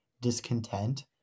discontent